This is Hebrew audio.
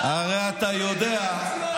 הרי אתה יודע, כן, כן.